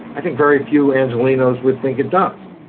i think very few angelinos would think it does.